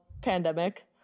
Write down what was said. pandemic